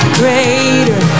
greater